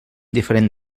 diferent